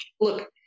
look